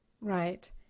Right